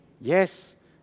yes